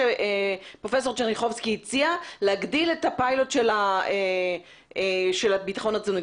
שפרופ' צ'רניחובסקי הציע להגדיל את הפיילוט של הביטחון התזונתי.